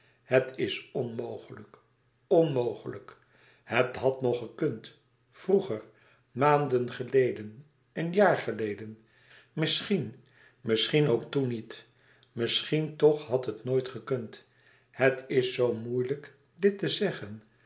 het is onmogelijk onmogelijk het had nog gekund vroeger maanden geleden een jaar geleden misschien misschien ook toen niet misschien toch had het nooit gekund het is zoo moeilijk dit te zeggen